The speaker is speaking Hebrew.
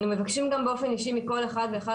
אנו מבקשים גם באופן אישי מכל אחד ואחד